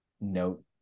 note